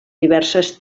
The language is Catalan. diverses